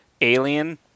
alien